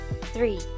three